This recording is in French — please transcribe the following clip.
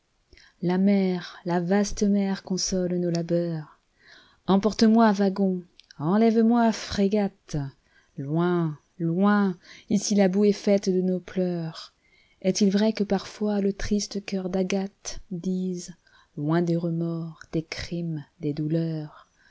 la mer la vaste mer console nos labeurs i emporte moi wagon enlève moi frégate iloin loin ici la boue est faite de nos pleurs est-il vrai que parfois le triste cœur d'agathedise loin des remords des crimes des douleurs